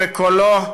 וקולו,